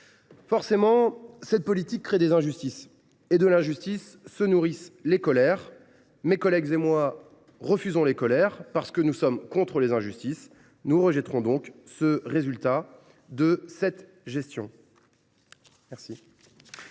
Forcément, cette politique crée des injustices, dont se nourrissent les colères. Mes collègues et moi refusons les colères, parce que nous sommes contre les injustices. Nous rejetterons donc le projet de loi relative